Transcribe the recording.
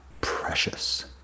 precious